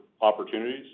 opportunities